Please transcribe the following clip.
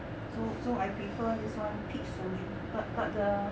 so so I prefer this one peach soju but but the